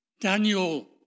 Daniel